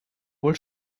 wohl